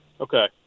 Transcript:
Okay